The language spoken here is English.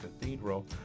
Cathedral